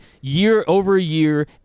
year-over-year